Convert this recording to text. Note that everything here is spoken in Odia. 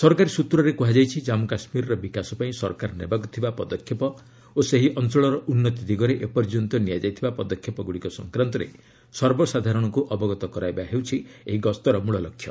ସରକାରୀ ସ୍ନତ୍ରରେ କୁହାଯାଇଛି ଜନ୍ମୁ କାଶ୍ମୀରର ବିକାଶ ପାଇଁ ସରକାର ନେବାକୁ ଥିବା ପଦକ୍ଷେପ ଓ ସେହି ଅଞ୍ଚଳର ଉନ୍ତି ଦିଗରେ ଏ ପର୍ଯ୍ୟନ୍ତ ନିଆଯାଇଥିବା ପଦକ୍ଷେପଗୁଡ଼ିକ ସଂକ୍ରାନ୍ତରେ ସର୍ବସାଧାରଣଙ୍କୁ ଅବଗତ କରାଇବା ହେଉଛି ଏହି ଗସ୍ତର ମୂଳଲକ୍ଷ୍ୟ